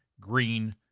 green